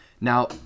now